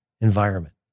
environment